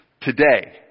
today